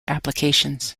applications